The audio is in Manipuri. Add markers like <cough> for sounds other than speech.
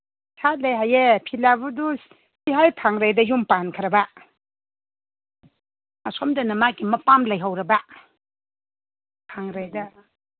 ꯁꯥꯠꯂꯦ ꯍꯥꯏꯌꯦ <unintelligible> ꯌꯨꯝ ꯄꯥꯟꯈ꯭ꯔꯕ ꯑꯁꯣꯝꯗꯅ ꯃꯥꯒꯤ ꯃꯄꯥꯝ ꯂꯩꯍꯧꯔꯕ ꯈꯪꯔꯦꯗ